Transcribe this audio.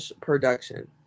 production